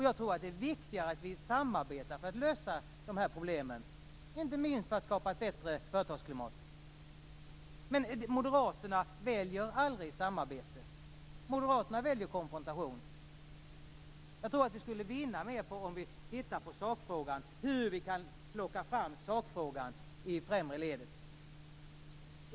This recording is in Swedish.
Jag tror att det är viktigt att vi samarbetar för att lösa de här problemen, inte minst för att skapa ett bättre företagsklimat. Men moderaterna väljer aldrig samarbete. Moderaterna väljer konfrontation. Jag tror att vi skulle vinna mer på att titta på sakfrågan, hur vi kan plocka fram sakfrågan i främre ledet.